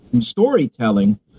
storytelling